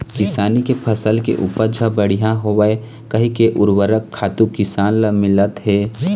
किसानी के फसल के उपज ह बड़िहा होवय कहिके उरवरक खातू किसान ल मिलत हे